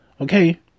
Okay